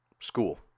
school